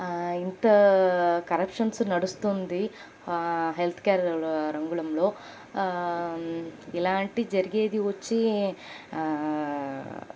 ఇంత కరప్షన్స్ నడుస్తుంది హెల్త్ కేర్లలో రంగుళంలో ఇలాంటి జరిగేది వచ్చి